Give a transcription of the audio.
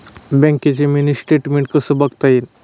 बँकेचं mini statement कसं बघता येईल?